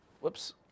Whoops